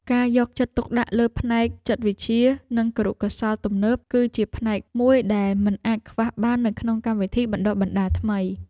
ការយកចិត្តទុកដាក់លើផ្នែកចិត្តវិទ្យានិងគរុកោសល្យទំនើបគឺជាផ្នែកមួយដែលមិនអាចខ្វះបាននៅក្នុងកម្មវិធីបណ្តុះបណ្តាលថ្មី។